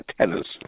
tenants